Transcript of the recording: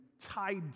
tied